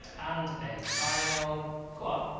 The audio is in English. and a final go on,